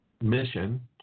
Mission